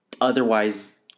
otherwise